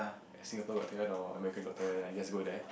Singapore Got Talent or America Got Talent yes I go there